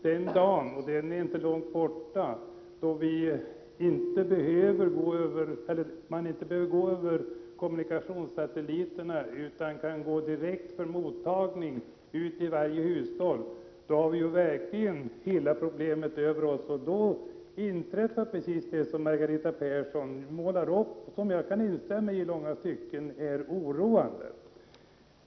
Den dag — och den är inte avlägsen — då man inte behöver gå via kommunikationssatelliter utan kan gå ut direkt med sändningar, för mottagning i varje hushåll, har vi verkligen hela problemet över oss. Då inträffar precis det som Margareta Persson målar upp och som jagilånga stycken kan instämma i och finner oroande.